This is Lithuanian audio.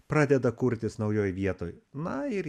pradeda kurtis naujoj vietoj na ir